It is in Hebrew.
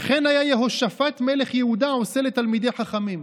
וכן היה יהושפט מלך יהודה עושה לתלמידי חכמים.